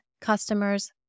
customers